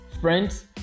Friends